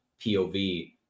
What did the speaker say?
POV